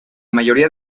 mayoría